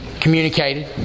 communicated